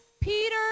Peter